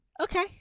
Okay